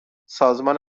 سازمان